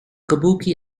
kabuki